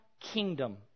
kingdom